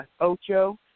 Ocho